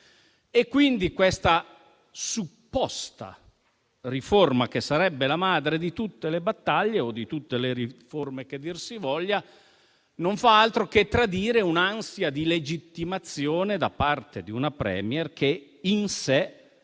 e cautela. Questa presunta riforma che sarebbe la madre di tutte le battaglie o di tutte le riforme, che dir si voglia, non fa altro che tradire un'ansia di legittimazione da parte di una *Premier* che in sé